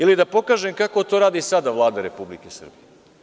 Ili, da pokažemo kako to radi sada Vlada Republike Srbije.